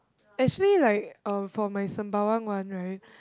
actually like um for my sembawang one right